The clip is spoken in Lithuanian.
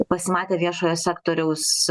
pasimatė viešojo sektoriaus